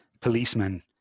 policemen